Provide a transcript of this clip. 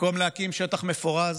במקום להקים שטח מפורז